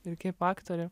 ir kaip aktorė